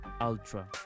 Ultra